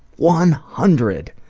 one hundred!